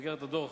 במסגרת הדוח